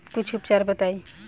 कुछ उपचार बताई?